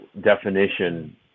definition